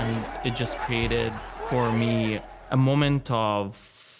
it just created for me a moment of,